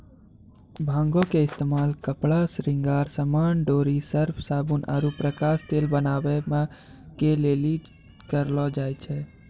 भांगो के इस्तेमाल कपड़ा, श्रृंगार समान, डोरी, सर्फ, साबुन आरु प्रकाश तेल बनाबै के लेली करलो जाय छै